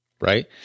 right